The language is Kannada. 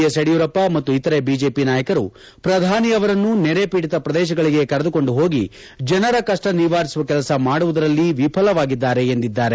ಎಸ್ ಯಡಿಯೂರಪ್ಪ ಮತ್ತು ಇತರೆ ಬಿಜೆಪಿ ನಾಯಕರು ಪ್ರಧಾನಿ ಅವರನ್ನು ನೆರೆ ಪೀಡಿತ ಪ್ರದೇಶಗಳಿಗೆ ಕರೆದುಕೊಂಡು ಹೋಗಿ ಜನರ ಕಷ್ಟ ನಿವಾರಿಸುವ ಕೆಲಸ ಮಾಡುವುದರಲ್ಲಿ ವಿಫಲವಾಗಿದ್ದಾರೆ ಎಂದರು